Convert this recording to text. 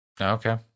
Okay